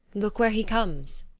look, where he comes.